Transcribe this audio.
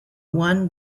one